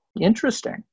interesting